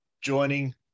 joining